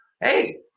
Hey